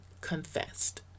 confessed